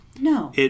No